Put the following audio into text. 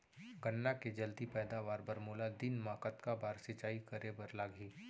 गन्ना के जलदी पैदावार बर, मोला दिन मा कतका बार सिंचाई करे बर लागही?